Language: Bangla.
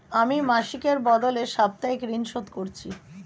আমি মাসিকের বদলে সাপ্তাহিক ঋন শোধ করছি